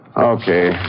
Okay